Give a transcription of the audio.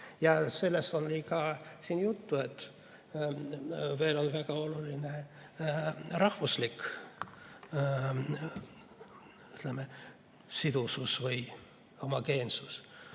Sellest oli ka siin juttu, et veel on väga oluline rahvuslik, ütleme, sidusus või homogeensus.